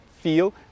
feel